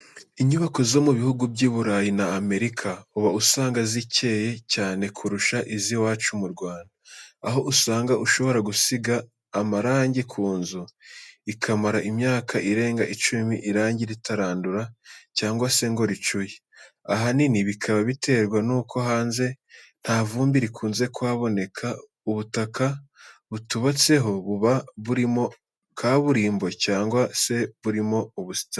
Inyubako zo mu bihugu by'iburayi na Amerika, uba usanga zikeye cyane kurusha iz'iwacu mu Rwanda, aho usanga ushobora gusiga amarangi ku nzu ikamara imyaka irenga icumi, irangi ritarandura cyangwa se ngo ricuye. Ahanini bikaba biterwa nuko hanze nta vumbi rikunze kuhaboneka, ubutaka butubatseho buba burimo kaburimbo cyangwa se burimo ubusitani.